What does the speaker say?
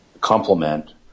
complement